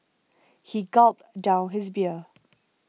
he gulped down his beer